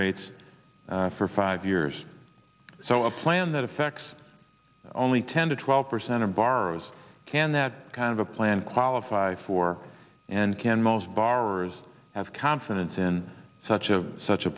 rates for five years so a plan that affects only ten to twelve percent of borrowers can that kind of a plan qualify for and can most borrowers have confidence in such a such a